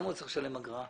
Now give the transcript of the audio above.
למה הוא צריך לשלם אגרה?